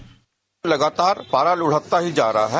bite लगातार पारा लुढ़कता ही जा रहा है